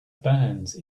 burns